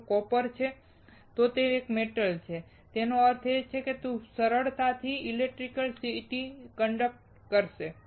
જો તે કોપર છે તો તે એક મેટલ છે તેનો અર્થ એ કે તે ખૂબ જ સરળતાથી ઇલેક્ટ્રિસિટી કંડકટ કરશે